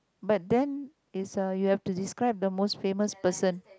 but then is uh you have to describe the most famous person